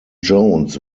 jones